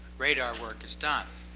radar work is done.